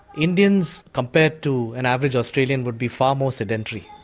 indians compared to an average australian would be far more sedentary,